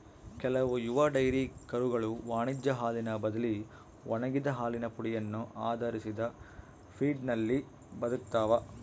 ಕೆಲವು ಯುವ ಡೈರಿ ಕರುಗಳು ವಾಣಿಜ್ಯ ಹಾಲಿನ ಬದಲಿ ಒಣಗಿದ ಹಾಲಿನ ಪುಡಿಯನ್ನು ಆಧರಿಸಿದ ಫೀಡ್ನಲ್ಲಿ ಬದುಕ್ತವ